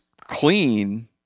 clean